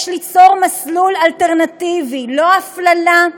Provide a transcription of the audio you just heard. יש ליצור מסלול אלטרנטיבי: לא הפללה,